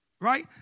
Right